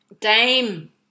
Dame